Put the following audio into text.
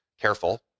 careful